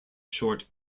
short